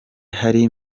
hari